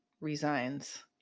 resigns